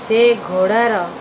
ସେ ଘୋଡ଼ାର